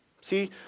See